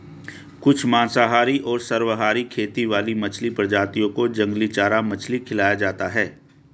कुछ मांसाहारी और सर्वाहारी खेती वाली मछली प्रजातियों को जंगली चारा मछली खिलाया जाता है